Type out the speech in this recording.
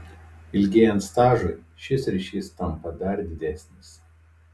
ilgėjant stažui šis ryšys tampa dar didesnis